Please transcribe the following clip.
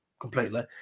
completely